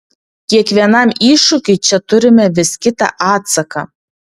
kiekvienam iššūkiui čia turime vis kitą atsaką